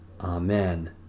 Amen